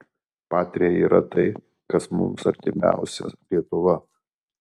patria yra tai kas mums artimiausia lietuva